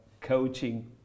coaching